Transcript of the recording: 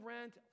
rent